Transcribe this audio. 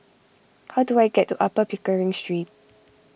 how do I get to Upper Pickering Street